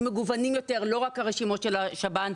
מגוונים יותר לא רק הרשימות של השב"ן.